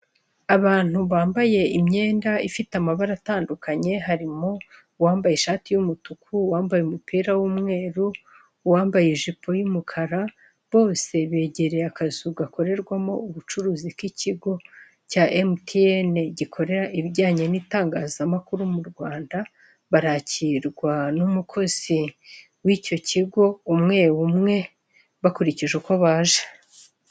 Abantu bambaye imyenda ifite amabara atandukanye, harimo uwambaye ishati y'umutuku, uwambaye umupira w'umweru, uwambaye ijipo y'umukara, bose begereye akazu gakorerwamo ubucuruzi k'ikigo cya Emutiyeni gikorera ibijyanye n'itangazamakuru mu Rwanda, barakirwa n'umukozi w'icyo kigo, umwe umwe bakurikije uko baje.